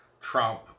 Trump